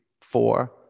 four